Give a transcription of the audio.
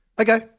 Okay